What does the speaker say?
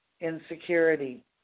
insecurity